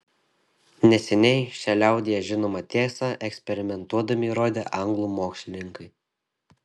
neseniai šią liaudyje žinomą tiesą eksperimentuodami įrodė anglų mokslininkai